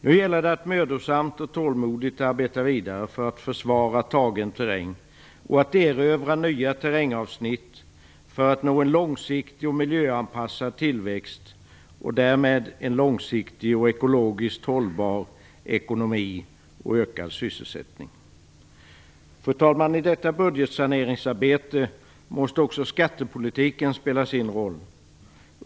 Nu gäller det att mödosamt och tålmodigt arbeta vidare för att försvara tagen terräng och att erövra nya terrängavsnitt för att nå en långsiktig och miljöanpassad tillväxt och därmed en långsiktig och ekologiskt hållbar ekonomi och ökad sysselsättning. Fru talman! I detta budgetsaneringsarbete måste också skattepolitiken spela sin roll.